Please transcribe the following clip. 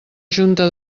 junta